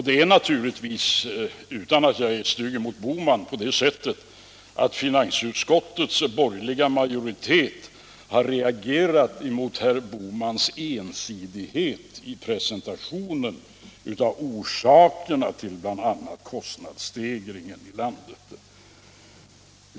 Det är naturligtvis — utan att jag är stygg mot herr Bohman — på det sättet att finansutskottets borgerliga majoritet har reagerat mot herr Bohmans ensidighet i presentationen av orsakerna till bl.a. kostnadsstegringen i landet.